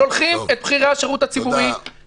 שולחים את בכירי השירות הציבורי